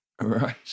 right